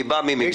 אני בא ממגזר